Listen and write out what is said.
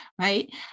Right